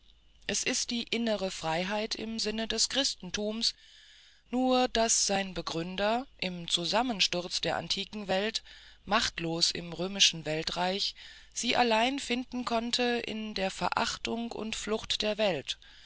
es ist die innere freiheit im sinne des christentums nur daß sein begründer im zusammensturz der antiken welt machtlos im römischen weltreich sie allein finden konnte in der verachtung und flucht der welt